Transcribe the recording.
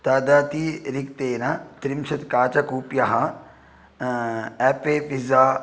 तदतिरिक्तेन त्रिंशत् काचकुप्यः अप्पे पिजा